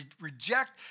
reject